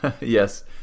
Yes